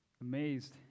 amazed